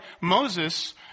Moses